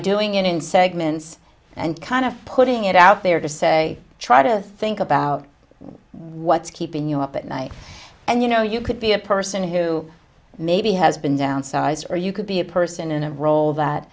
doing it in segments and kind of putting it out there to say try to think about what's keeping you up at night and you know you could be a person who maybe has been downsized or you could be a person in a role that